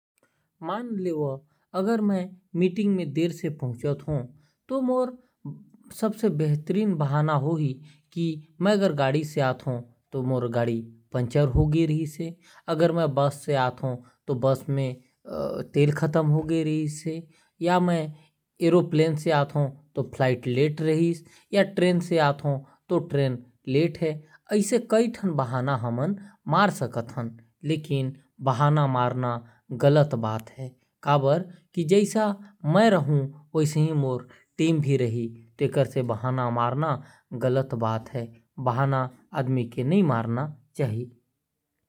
मान ला अगर मैं मीटिंग में लेट पहुंच हूं। तो मोर बहाना रही कि मोर बाइक पंचर होगे रहीस । बस से आत हो तो बस के तेल खत्म होगए रहीस। फ्लाइट से आत हो तो फ्लाइट लेट रहीस। ट्रेन से आत हो तो ट्रेन लेट हो गए रहीस। और बहना मारना बहुत गलत बात है यही बार बहाना नहीं मारना चाही।